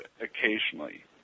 occasionally